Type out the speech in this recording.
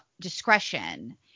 discretion